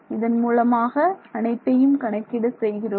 இதன் மூலமாக அனைத்தையும் கணக்கீடு செய்கிறோம்